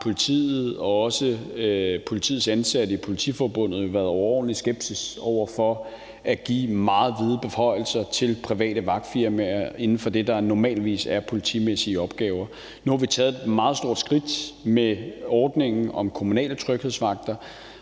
politiet og også politiets ansatte i Politiforbundet traditionelt har været overordentlig skeptiske over for at give meget vide beføjelser til private vagtfirmaer inden for det, der normalvis er politimæssige opgaver. Nu har vi taget et meget stort skridt med ordningen om kommunale tryghedsvagter,